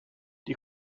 die